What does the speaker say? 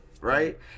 right